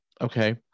Okay